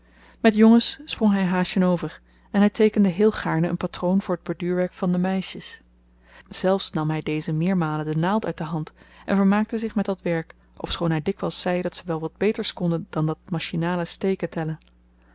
met jongens sprong hy haasjen over en hy teekende heel gaarne een patroon voor t borduurwerk van de meisjes zelfs nam hy dezen meermalen de naald uit de hand en vermaakte zich met dat werk ofschoon hy dikwyls zei dat ze wel wat beters konden dan dat machinale steken tellen